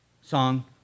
song